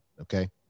okay